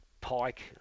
Pike